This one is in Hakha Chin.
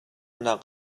nak